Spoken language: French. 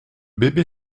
bébé